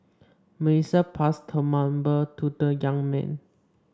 Melissa passed her number to the young man